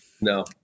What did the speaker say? No